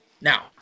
Now